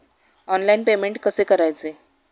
Online payment कसे करायचे?